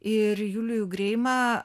ir julių greimą